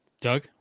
Doug